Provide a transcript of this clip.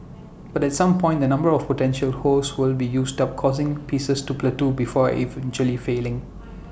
but at some point the number of potential hosts would be used up causing prices to plateau before eventually falling